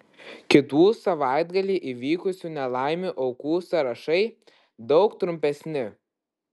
kitų savaitgalį įvykusių nelaimių aukų sąrašai daug trumpesni